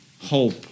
hope